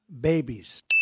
babies